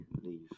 leave